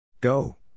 Go